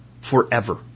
forever